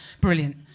brilliant